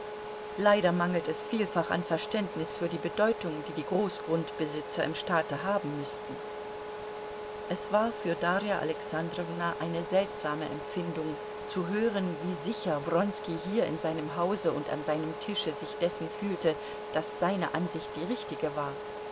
leider mangelt es vielfach an verständnis für die bedeutung die die großgrundbesitzer im staate haben müßten es war für darja alexandrowna eine seltsame empfindung zu hören wie sicher wronski hier in seinem hause und an seinem tische sich dessen fühlte daß seine ansicht die richtige war